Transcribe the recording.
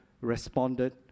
responded